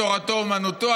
מתורתו אומנותו,